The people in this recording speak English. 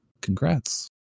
congrats